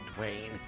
Dwayne